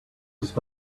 does